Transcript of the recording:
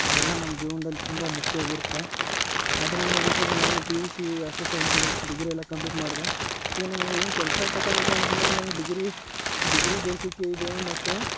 ಅದೆಲ್ಲ ನಮ್ಮ ಜೀವನ್ದಲ್ಲಿ ತುಂಬ ಮುಖ್ಯ ಆಗಿ ಇರುತ್ತೆ ಅದರಿಂದ ನೋಡಿ ಸಿ ಈಗ ನಾನು P U C S S L C degree ಎಲ್ಲ ಕಂಪ್ಲೀಟ್ ಮಾಡಿದೆ ಈಗ ನಮಗೇನು ಕೆಲಸ ತಗೊಳ್ಬೇಕು ಅಂತ ಅಂದ್ರೆ ನಾವು ಡಿಗ್ರಿ ಡಿಗ್ರಿ ಬೇಸಿಗೆ ಇದೇ ಮತ್ತೆ